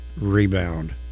rebound